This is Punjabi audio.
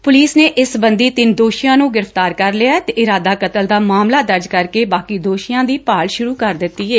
ਫ਼ਲਿਸ ਨੇ ਇਸ ਸਬੰਧੀ ਤਿੰਨ ਦੋਸ਼ੀਆਂ ਨੂੰ ਗ੍ਰਿਫਤਾਰ ਕਰ ਲਿਐ ਅਤੇ ਇਰਾਦਾ ਕਤਲ ਦਾ ਮਾਮਲਾ ਦਰਜ ਕਰਕੇ ਬਾਕੀ ਦੋਸ਼ੀਆਂ ਦੀ ਭਾਲ ਸ਼ਰੂ ਕਰ ਦਿੱਡੀ ਏ